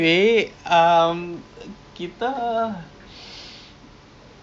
I tak tahu what are good things for us to makan eh err